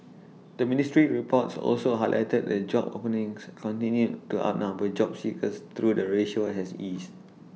the ministry's reports also highlighted that job openings continued to outnumber job seekers though the ratio has eased